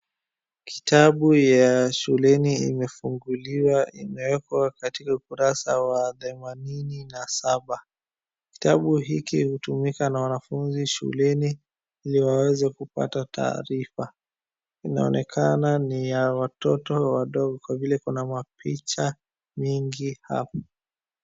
Kitabu ya shuleni imefunguliwa imewekwa katika ukurasa wa themanini na saba. Kitabu hiki hutumika na wanafunzi shuleni ili waweze kupata taarifa inaonekana ni ya watoto wadogo vile iko na mapicha mingi hapa.